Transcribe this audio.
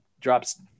drops